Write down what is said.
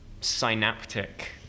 synaptic